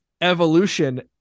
evolution